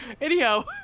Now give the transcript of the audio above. Anyhow